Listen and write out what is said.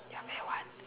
you want me want